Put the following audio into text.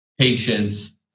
patience